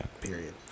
period